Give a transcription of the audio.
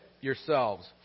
yourselves